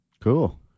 Cool